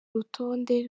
rutonde